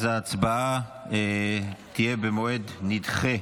אז ההצבעה נדחית.